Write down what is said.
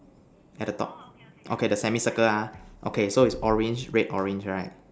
at the top okay the semi circle ah okay so is orange red orange right